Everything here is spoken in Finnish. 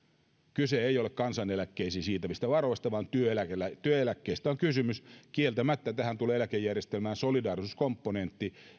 kyse ei ole kansaneläkkeisiin siirrettävistä varoista vaan työeläkkeistä on kysymys kieltämättä tässä tulee eläkejärjestelmään solidaarisuuskomponentti